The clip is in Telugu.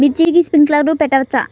మిర్చికి స్ప్రింక్లర్లు పెట్టవచ్చా?